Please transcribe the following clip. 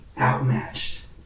outmatched